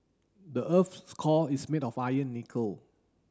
the earth's core is made of iron nickel